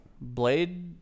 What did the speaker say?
Blade